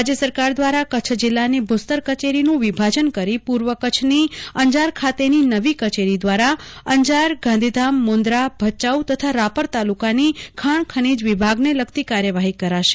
રાજ્ય સરકાર દ્વારા કચ્છ જીલ્લાની ભૂસ્તર કચેરીનું વિભાજન કરી પૂર્વ કચ્છની અંજાર ખાતેની નવી કચેરી દ્વારા અંજારગાંધીધામમુન્દ્રાભચાઉ તથા રાપર તાલુકાની ખાણ ખનીજ વિભાગને લગતી કાર્યવાહી કરાશે